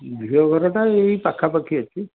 ଝିଅ ଘରଟା ଏଇ ପାଖାପାଖି ଅଛି